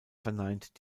verneint